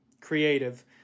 creative